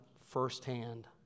firsthand